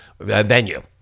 venue